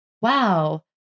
wow